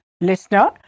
Listener